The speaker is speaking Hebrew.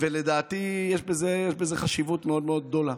לדעתי יש בזה חשיבות מאוד מאוד גדולה.